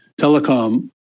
telecom